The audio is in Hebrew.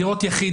דירות יחיד,